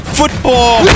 football